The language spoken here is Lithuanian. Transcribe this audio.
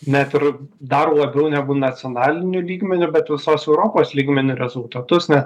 net ir dar labiau negu nacionaliniu lygmeniu bet visos europos lygmeniu rezultatus ne